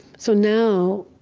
so now,